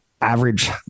average